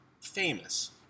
famous